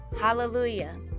Hallelujah